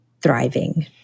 thriving